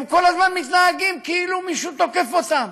הם כל הזמן מתנהגים כאילו מישהו תוקף אותם.